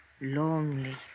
Lonely